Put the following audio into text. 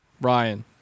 Ryan